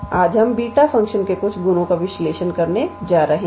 आज हम beta function के कुछ गुणों का विश्लेषण करने जा रहे हैं